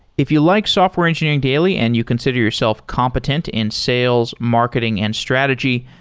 if you like software engineering daily and you consider yourself competent in sales marketing and strategy,